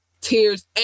tears